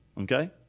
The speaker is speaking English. okay